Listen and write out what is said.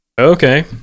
Okay